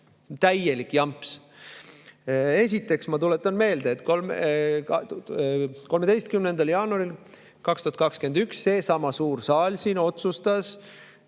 Täielik jamps! Esiteks, ma tuletan meelde, et 13. jaanuaril 2021 seesama suur saal siin otsustas,